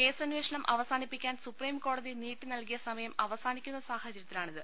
കേസന്വേഷണം അവ സാനിപ്പിക്കാൻ സുപ്രീംകോടതി നീട്ടി നൽകിയ സമയം അവസാ നിക്കുന്ന സാഹചര്യത്തിലാണിത്